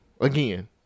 Again